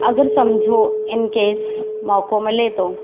अगरि समुझो इनकेस मौक़ो मिले थो